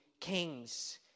kings